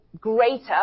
greater